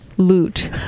Loot